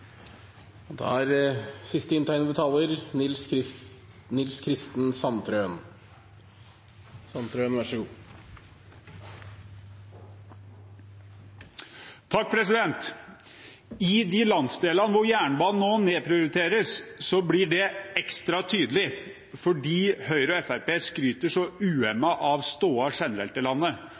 I de landsdelene hvor jernbanen nå nedprioriteres, blir det ekstra tydelig fordi Høyre og Fremskrittspartiet skryter så uhemmet av stoda generelt i landet.